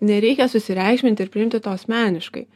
nereikia susireikšminti ir priimti to asmeniškai